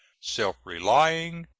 self-relying,